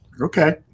Okay